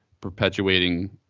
perpetuating